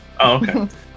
okay